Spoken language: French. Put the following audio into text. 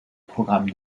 programme